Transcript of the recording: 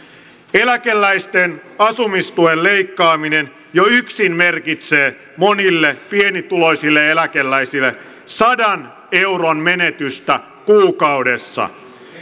eläkeläisten asumistuen leikkaaminen jo yksin merkitsee monille pienituloisille eläkeläisille sadan euron menetystä kuukaudessa